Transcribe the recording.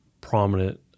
prominent